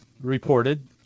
reported